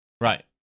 Right